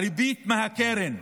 הריבית מהקרן.